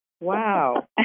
Wow